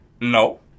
No